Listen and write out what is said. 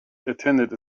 attended